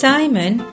Simon